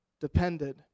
depended